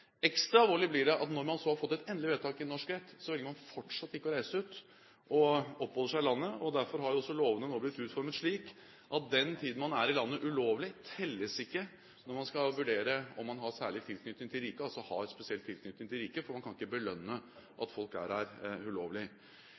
Ekstra alvorlig blir det at når man så har fått et endelig vedtak i en norsk rett, velger man fortsatt ikke å reise ut og oppholder seg i landet. Derfor har også lovene nå blitt utformet slik at den tiden man er i landet ulovlig, ikke telles når man skal vurdere om man har særlig tilknytning til riket, altså har spesiell tilknytning til riket, for man kan ikke belønne at folk er her ulovlig.